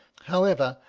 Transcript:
however,